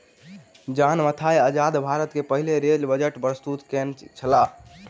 John Mathai आजाद भारत के पहिल रेल बजट प्रस्तुत केनई छला